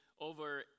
over